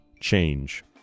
change